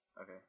Okay